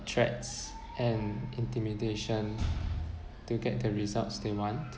threats and intimidation to get the results they want